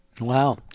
Wow